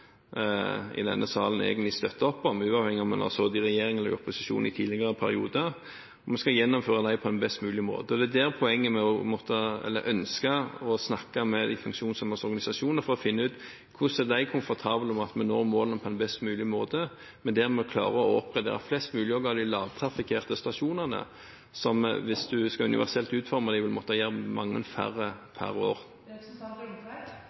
i denne salen egentlig støtter opp om, uavhengig av om en har sittet i regjering eller i opposisjon i tidligere perioder. Vi skal gjennomføre dem på en best mulig måte. Det er poenget med å ønske å snakke med de funksjonshemmedes organisasjoner for å finne ut hvordan de er komfortable med at vi når målene på en best mulig måte, og der vi klarer å oppgradere flest mulig av også de lavtrafikkerte stasjonene. Hvis en skulle universelt utforme dem, vil en måtte oppgradere mange færre